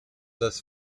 das